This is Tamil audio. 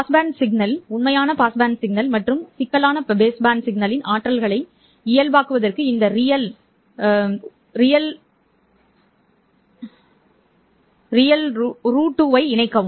பாஸ்பேண்ட் சிக்னல் உண்மையான பாஸ்பேண்ட் சிக்னல் மற்றும் சிக்கலான பேஸ்பேண்ட் சிக்னலின் ஆற்றல்களை இயல்பாக்குவதற்கு இந்த real 2 ஐ இணைக்கவும்